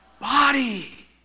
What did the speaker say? body